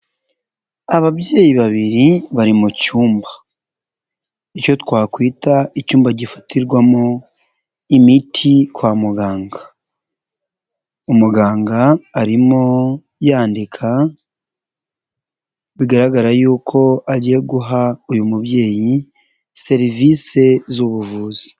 Ababyeyi babiri bari mu cyumba icyo twakwita icyumba gifatirwamo imiti kwa muganga, umuganga arimo yandika bigaragara y'uko agiye guha uyu mubyeyi serivisi z'ubuvuzi.